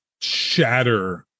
shatter